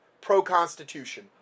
pro-constitution